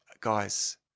guys